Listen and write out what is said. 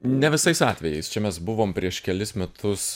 ne visais atvejais čia mes buvom prieš kelis metus